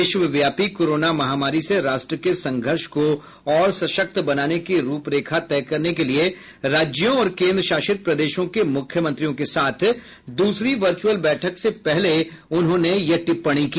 विश्वव्यापी कोरोना महामारी से राष्ट्र के संघर्ष को और सशक्त बनाने की रूपरेखा तय करने के लिए राज्यों और केन्द्रशासित प्रदेशों के मुख्यमंत्रियों के साथ दूसरी वर्चूअल बैठक से पहले यह टिप्पणी की